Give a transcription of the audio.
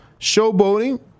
showboating